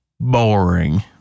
Boring